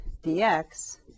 dx